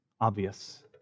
obvious